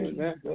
Amen